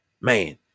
Man